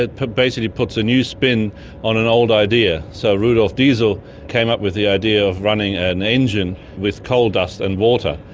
it but basically puts a new spin on an old idea. so rudolf diesel came up with the idea of running an engine with coal dust and water.